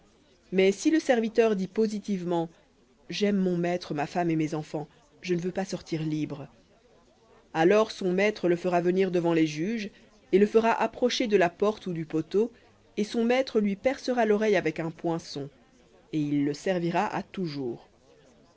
mais si le serviteur dit positivement j'aime mon maître ma femme et mes enfants je ne veux pas sortir libre alors son maître le fera venir devant les juges et le fera approcher de la porte ou du poteau et son maître lui percera l'oreille avec un poinçon et il le servira à toujours